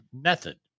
method